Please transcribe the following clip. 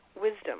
wisdom